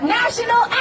national